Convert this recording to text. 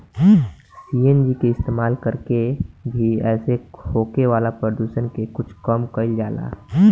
CNG के इस्तमाल कर के भी एसे होखे वाला प्रदुषण के कुछ कम कईल जाला